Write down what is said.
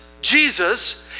Jesus